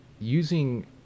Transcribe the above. using